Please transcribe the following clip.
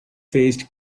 faced